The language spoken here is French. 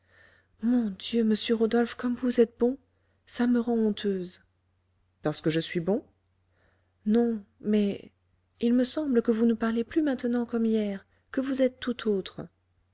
mon dieu monsieur rodolphe comme vous êtes bon ça me rend honteuse parce que je suis bon non mais il me semble que vous ne parlez plus maintenant comme hier que vous êtes tout autre